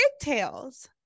pigtails